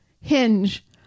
hinge